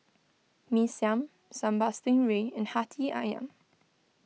Mee Siam Sambal Stingray and Hati Ayam